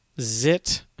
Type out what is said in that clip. zit